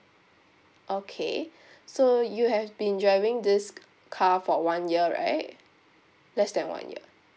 okay so you have been driving this car for one year right less than one year